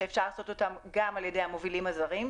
שאפשר לעשות אותן גם על-ידי המובילים הזרים,